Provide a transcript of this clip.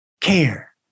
care